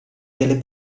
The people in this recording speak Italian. delle